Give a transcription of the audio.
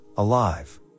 alive